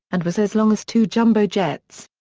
and was as long as two jumbo jets.